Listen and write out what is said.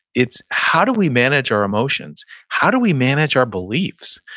it's how do we manage our emotions? how do we manage our beliefs?